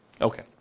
Okay